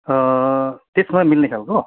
त्यसमा मिल्ने खालको